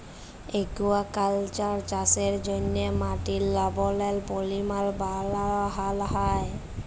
aquaculture চাষের জ্যনহে মাটির লবলের পরিমাল বাড়হাল হ্যয়